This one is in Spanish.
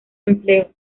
empleo